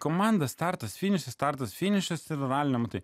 komanda startas finišas startas finišas ir ralio tai